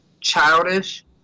childish